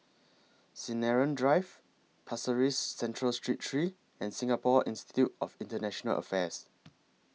Sinaran Drive Pasir Ris Central Street three and Singapore Institute of International Affairs